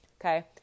Okay